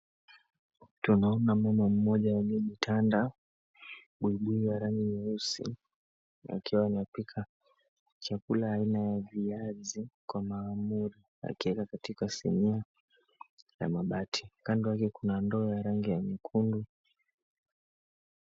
Tunaona mwanamke aliye na buibui ya rangi nyeusi, akiwa anapika chakula aina ya viazi kwa maamur akiweka katika sinia ya mabati, kando yake kuna ndoo ya rangi ya nyekundu.